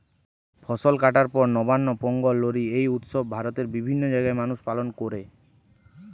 ফসল কাটার পর নবান্ন, পোঙ্গল, লোরী এই উৎসব ভারতের বিভিন্ন জাগায় মানুষ পালন কোরে